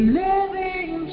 living